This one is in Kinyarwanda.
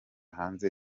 hanze